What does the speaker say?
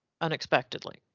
unexpectedly